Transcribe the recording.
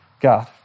God